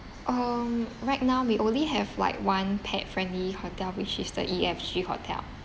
um right now we only have like one pet friendly hotel which is the E F G hotel